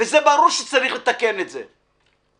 ברור שצריך לתקן את זה.